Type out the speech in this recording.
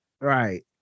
right